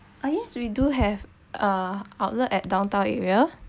ah yes we do have uh outlet at downtown area